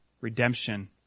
redemption